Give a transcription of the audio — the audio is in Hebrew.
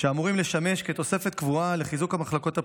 שאמורים לשמש כתוספת קבועה לחיזוק המחלקות הפנימיות,